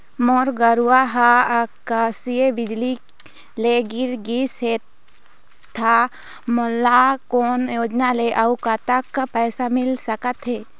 मोर गरवा हा आकसीय बिजली ले मर गिस हे था मोला कोन योजना ले अऊ कतक पैसा मिल सका थे?